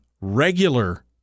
regular